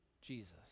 Jesus